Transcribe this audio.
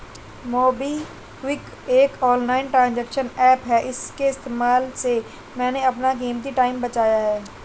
MobiKwik एक online transaction app है इसके इस्तेमाल से मैंने अपना कीमती टाइम बचाया है